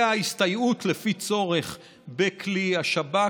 וההסתייעות לפי צורך בכלי השב"כ,